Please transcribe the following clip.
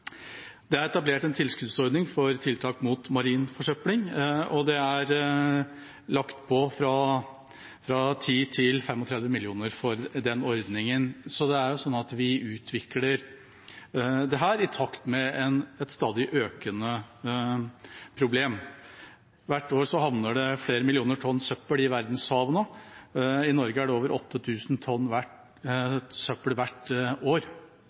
Det er etablert en tilskuddsordning for tiltak mot marin forsøpling, og det er lagt på fra 10 mill. kr til 35 mill. kr til den ordningen. Så det er slik at vi utvikler dette i takt med et stadig økende problem. Hvert år havner det flere millioner tonn søppel i verdenshavene. I Norge er det over 8 000 tonn søppel hvert år.